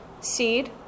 seed